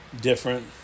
Different